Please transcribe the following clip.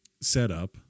setup